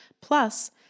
Plus